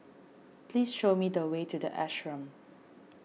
please show me the way to the Ashram